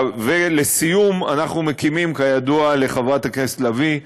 לסיום, אנחנו מקימים, כידוע לחברת הכנסת לביא,